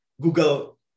Google